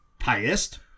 Highest